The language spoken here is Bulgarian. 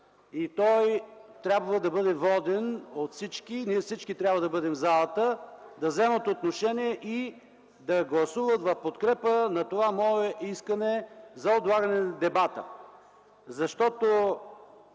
той трябва да бъде воден от всички. Всички трябва да бъдат в залата, да вземат отношение да гласуват в подкрепа на това мое искане за отлагане на дебата. Защото